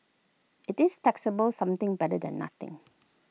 IT is taxable something better than nothing